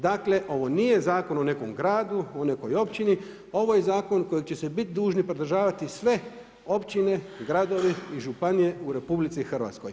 Dakle ovo nije zakon o nekom gradu, o nekoj općini, ovo je zakon kojeg će se biti dužni pridržavati sve općine, gradovi i županije u RH.